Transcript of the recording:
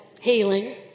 healing